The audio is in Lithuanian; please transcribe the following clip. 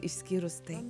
išskyrus tai